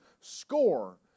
score